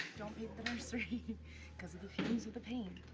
don't paint the nursery cause of the fumes of the paint?